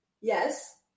Yes